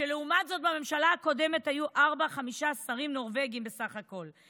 ולעומת זאת בממשלה הקודמת היו ארבעה-חמישה שרים נורבגים בסך הכול.